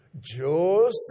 Joseph